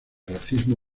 racismo